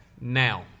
now